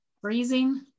Freezing